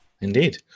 Indeed